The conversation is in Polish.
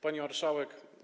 Pani Marszałek!